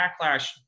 backlash